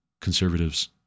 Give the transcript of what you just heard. conservatives